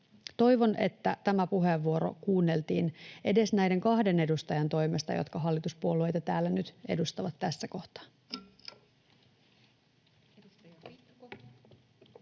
Toivon, että tämä puheenvuoro kuunneltiin edes näiden kahden edustajan toimesta, jotka hallituspuolueita täällä nyt edustavat tässä kohtaa. Edustaja